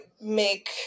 make